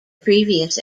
previous